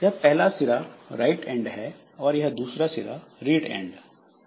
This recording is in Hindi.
यह पहला सिरा राइट एंड है और यह दूसरा सिरा रीड एंड है